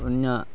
ᱤᱧᱟᱹᱜ